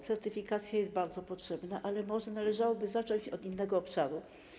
Certyfikacja jest bardzo potrzebna, ale może należałoby zacząć od innego obszaru.